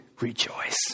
rejoice